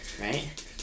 Right